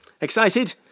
Excited